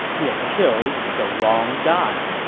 he had killed the wrong guy.